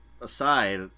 aside